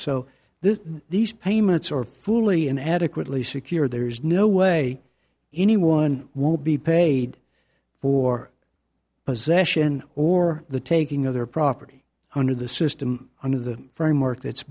so that these payments are fully and adequately secured there is no way anyone will be paid for possession or the taking of their property under the system on of the framework that's